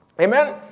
Amen